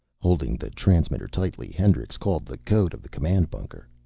holding the transmitter tightly hendricks called the code of the command bunker.